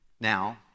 Now